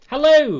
Hello